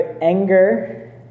anger